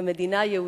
כמדינה יהודית,